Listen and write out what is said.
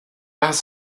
áthas